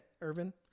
Irvin